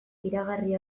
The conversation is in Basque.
iragarri